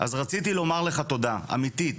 אז רציתי לומר לך תודה, אמיתית.